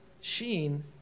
Sheen